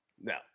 No